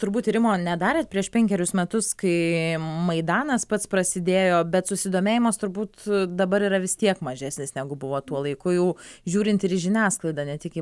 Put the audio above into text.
turbūt tyrimo nedarėt prieš penkerius metus kai maidanas pats prasidėjo bet susidomėjimas turbūt dabar yra vis tiek mažesnis negu buvo tuo laiku jau žiūrint ir į žiniasklaidą ne tik į